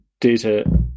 data